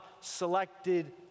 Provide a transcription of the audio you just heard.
selected